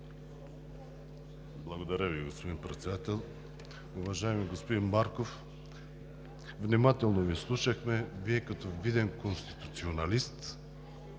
Благодаря Ви, господин Председател. Уважаеми господин Марков, внимателно Ви слушахме. Вие, като виден конституционалист